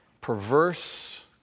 perverse